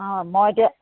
অঁ মই এতিয়া